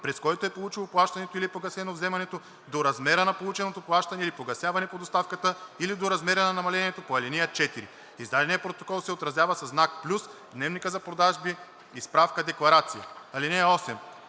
през който е получено плащането или е погасено вземането, до размера на полученото плащане или погасяване по доставката, или до размера на намалението по ал. 4. Издаденият протокол се отразява със знак (+) в дневника за продажби и справка-декларацията.